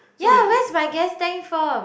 ya where's my gas tank from